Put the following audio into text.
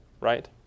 right